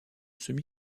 semi